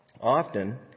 Often